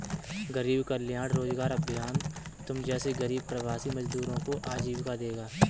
गरीब कल्याण रोजगार अभियान तुम जैसे गरीब प्रवासी मजदूरों को आजीविका देगा